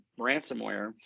ransomware